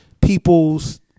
people's